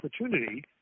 opportunity